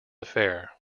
fair